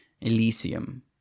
Elysium